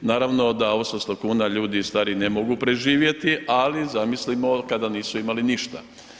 Naravno da s 800 kuna ljudi stari ne mogu preživjeti ali zamislimo kada nisu imali ništa.